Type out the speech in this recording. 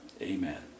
Amen